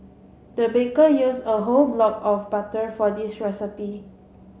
the baker used a whole block of butter for this recipe